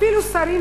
אפילו שרים,